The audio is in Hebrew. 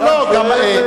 לא, לא.